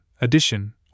addition